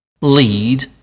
lead